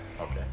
Okay